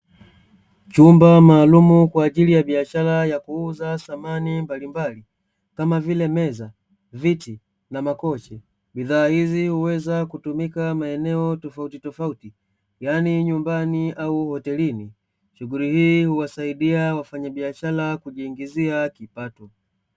Chumba maalum kwa ajili ya biashara ya kuuza samani mbalimbali kama vile meza, viti na makochi. Bidhaa hizi huweza kutumika maeneo tofautitofauti yaani nyumbani au hotelini, shughuli hii huwasaidia wafanyabiashara kujiingizia kipato.